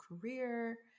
career